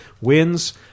wins